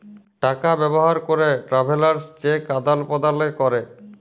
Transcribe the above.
টাকা ব্যবহার ক্যরে ট্রাভেলার্স চেক আদাল প্রদালে ক্যরে